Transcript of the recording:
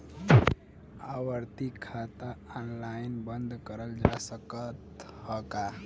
आवर्ती खाता ऑनलाइन बन्द करल जा सकत ह का?